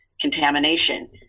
contamination